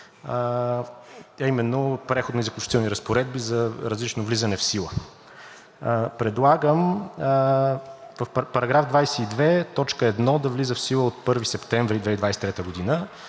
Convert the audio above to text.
именно Преходни и заключителни разпоредби за различно влизане в сила. Предлагам в параграф 22, т. 1 да влиза в сила от 1 септември 2023 г.